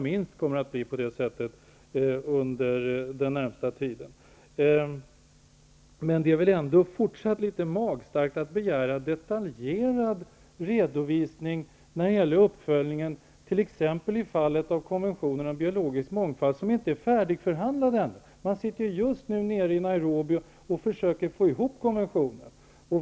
Men det är väl ändå litet magstarkt att begära en detaljerad redovisning om uppföljningen, t.ex. när det gäller konventionen om biologiskt mångfald som inte är färdigförhandlad ännu. Man sitter just nu nere i Nairobi och försöker få ihop konventionen.